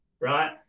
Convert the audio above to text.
right